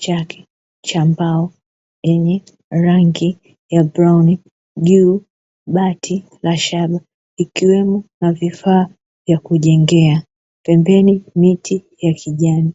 chake cha mbao chenye rangi ya kahawia, juu kuna bati la shaba likiwa na vifaa vya kujengea, na pembeni kuna miti ya kijani.